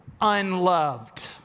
unloved